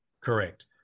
Correct